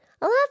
love